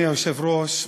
אדוני היושב-ראש,